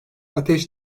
ateş